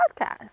podcast